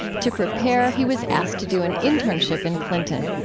to prepare, he was asked to do an internship in clinton.